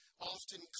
often